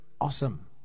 awesome